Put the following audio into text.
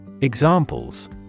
Examples